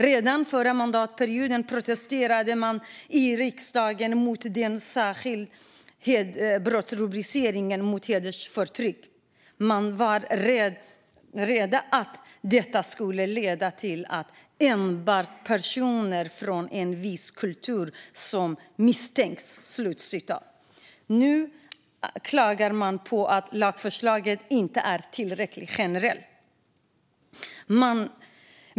Redan förra mandatperioden protesterade Vänsterpartiet i riksdagen mot den särskilda brottsrubriceringen hedersförtryck. Man var rädd att detta skulle leda till att "det enbart blir personer från en viss kultur som misstänks". Nu klagar man på att lagförslaget inte är tillräckligt generellt.